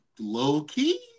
low-key